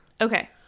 okay